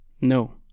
No